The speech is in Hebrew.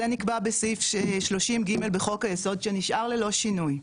זה נקבע בסעיף 30 ג' בחוק היסוד שנשאר ללא שינוי.